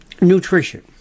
nutrition